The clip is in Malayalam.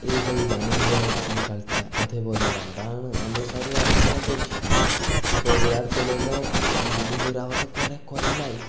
ഇടേല് അമ്മന്താനച്ചിൽ കളിച്ച അതേപോലെ ഉണ്ടാവും അതാണ് നമ്മൾ ശരീരം അങ്ങനെ സൂക്ഷിക്കണം ഇപ്പോൾ വിരാട് കോഹ്ലി എല്ലാം ഈ ഇഞ്ചുറി ആവാത്ത കുറെ കൊല്ലമായി